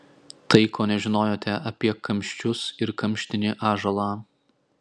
tai ko nežinojote apie kamščius ir kamštinį ąžuolą